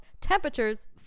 temperatures